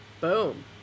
Boom